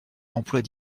emplois